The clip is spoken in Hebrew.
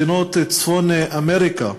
מדינות צפון-אמריקה,